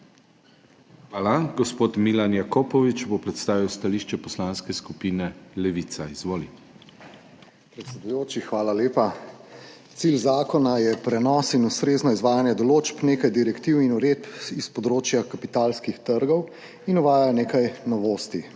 Hvala. Gospod Milan Jakopovič bo predstavil stališče Poslanske skupine Levica. Izvoli. **MILAN JAKOPOVIČ (PS Levica):** Predsedujoči, hvala lepa. Cilj zakona je prenos in ustrezno izvajanje določb nekaj direktiv in uredb s področja kapitalskih trgov in uvaja nekaj novosti.